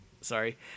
sorry